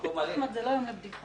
נברר את הדברים